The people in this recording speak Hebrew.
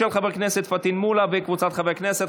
של חבר הכנסת פטין מולא וקבוצת חברי הכנסת.